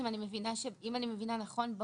אם אני מבינה נכון,